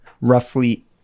roughly